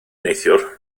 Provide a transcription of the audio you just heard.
neithiwr